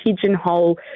pigeonhole